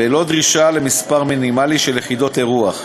בלא דרישה למספר מינימלי של יחידות אירוח,